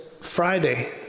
Friday